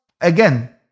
Again